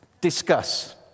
Discuss